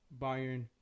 Bayern